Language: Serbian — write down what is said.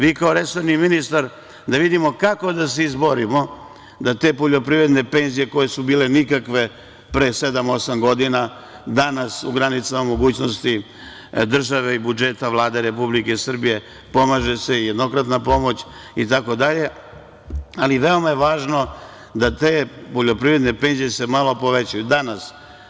Vi kao resorni ministar, da vidimo kako da se izborimo da te poljoprivredne penzije koje su bile nikakve pre sedam, osam godina, danas u granicama mogućnosti države i budžeta Vlade Republike Srbije, pomaže se, jednokratna pomoć itd, ali veoma je važno da te poljoprivredne penzije se malo povećaju danas.